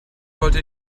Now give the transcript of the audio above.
wollte